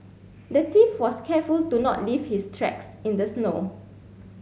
the thief was careful to not leave his tracks in the snow